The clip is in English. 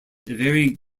very